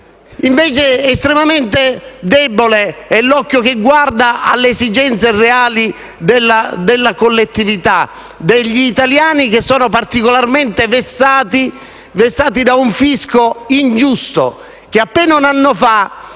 è estremamente debole l'occhio che guarda alle esigenze reali della collettività e degli italiani, che sono particolarmente vessati da un fisco ingiusto. Appena un anno fa,